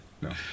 no